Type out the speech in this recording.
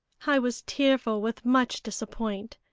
i was tearful with much disappoint,